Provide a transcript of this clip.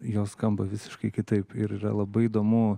jos skamba visiškai kitaip ir yra labai įdomu